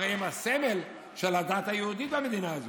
הרי הם הסמל של הדת היהודית במדינה הזאת,